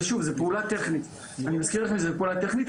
שוב, אני מזכיר לכם שזוהי פעולה טכנית.